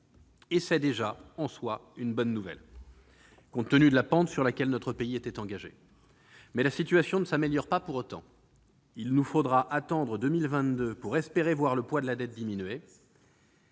qui est déjà en soi une bonne nouvelle, compte tenu de la pente sur laquelle notre pays était engagé, mais la situation ne s'améliore pas pour autant. Il nous faudra attendre 2022 pour espérer voir le poids de la dette diminuer